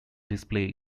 display